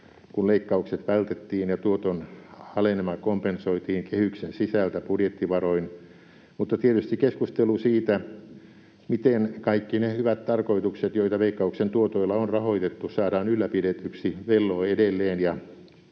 kun leikkaukset vältettiin ja tuoton alenema kompensoitiin kehyksen sisältä budjettivaroin, mutta tietysti keskustelu siitä, miten kaikki ne hyvät tarkoitukset, joita Veikkauksen tuotoilla on rahoitettu, saadaan ylläpidetyksi, velloo edelleen.